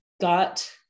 got